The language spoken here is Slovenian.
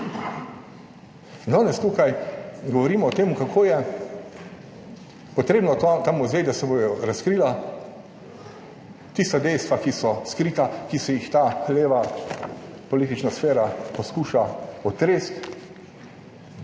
danes tukaj govorimo o tem, kako je potreben ta muzej, da se bodo razkrila tista dejstva, ki so skrita, ki se jih ta leva politična sfera poskuša otresti.